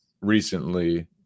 recently